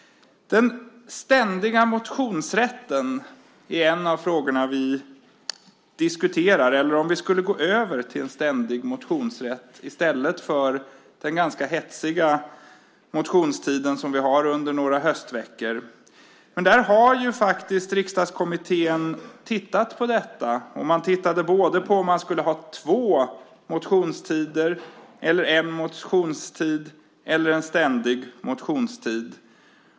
En av de frågor vi diskuterar gäller motionsrätten, om vi ska gå över till en ständig motionsrätt i stället för den ganska hetsiga motionstid som vi nu har under några höstveckor. Riksdagskommittén har tittat på detta, om vi ska ha en motionstid, två motionstider eller en ständig motionstid.